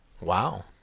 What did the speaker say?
Wow